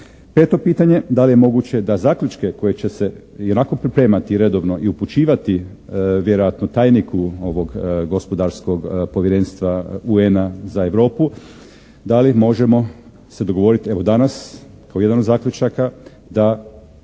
Peto pitanje, da li je moguće da zaključke koje će se ionako pripremati redovno i upućivati vjerojatno tajniku ovog gospodarskog povjerenstva UN-a za Europu, da li možemo se dogovoriti evo danas, kao jedan od zaključaka da